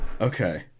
Okay